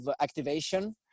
activation